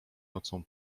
nocą